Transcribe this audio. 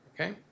okay